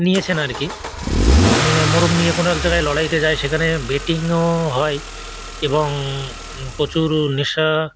নিয়েছেন আর কি মোরগ নিয়ে কোনো এক জায়গায় লড়াইতে যায় সেখানে বেটিংও হয় এবং প্রচুর নেশা